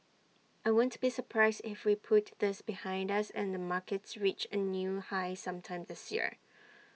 I won't be surprised if we put this behind us and the markets reach A new high sometime this year